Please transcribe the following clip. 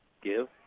Give